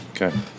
okay